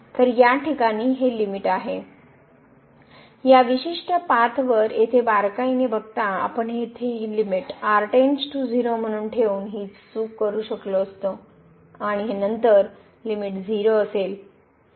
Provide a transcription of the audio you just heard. तर या ठिकाणी हे लिमिट आहे या विशिष्ट पाथ वर येथे बारकाईने बघता आपण हे लिमिट येथे म्हणून ठेवून ही चूक करू शकलो असतो आणि नंतर हे लिमिट 0 असेल